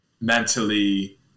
mentally